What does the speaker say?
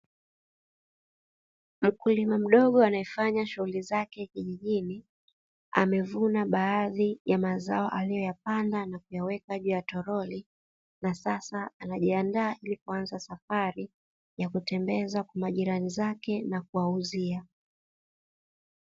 Mkulima mdogo anaefanya shughuli zake kijijini, amevuna baadhi ya mazao aliyoyapanda na kuyaweka juu ya torori, na sasa anajiandaa ili kuanza safari ya kutembeza kwa majirani zake na kuwauzia.